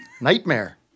Nightmare